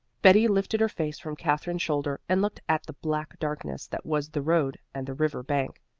betty lifted her face from katherine's shoulder and looked at the black darkness that was the road and the river bank,